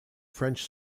french